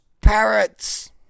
parrots